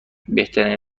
بهترین